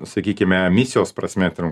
sakykime emisijos prasme ten